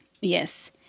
Yes